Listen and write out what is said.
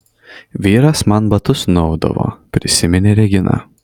vyras man batus nuaudavo prisiminė regina